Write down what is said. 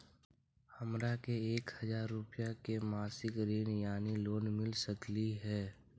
हमरा के एक हजार रुपया के मासिक ऋण यानी लोन मिल सकली हे?